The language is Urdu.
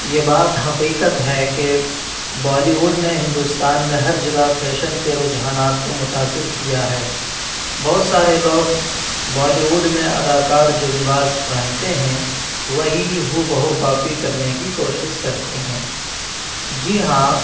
یہ بات حقیقت ہے کہ بالی ووڈ نے ہندوستان میں ہر جگہ فیشن کے رجحانات کو متاثر کیا ہے بہت سارے لوگ بالی ووڈ میں ادا کار جو لباس پہنتے ہیں وہی ہو بہ ہو کاپی کرنے کی کوشس کرتے ہیں جی ہاں